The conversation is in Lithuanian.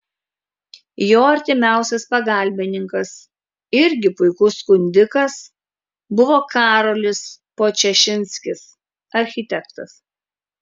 jo artimiausias pagalbininkas irgi puikus skundikas buvo karolis podčašinskis architektas